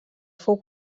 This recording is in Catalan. fou